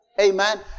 Amen